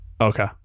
okay